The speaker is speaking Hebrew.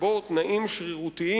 שבו מאומצים תנאים שרירותיים,